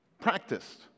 practiced